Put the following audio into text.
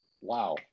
wow